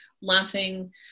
laughing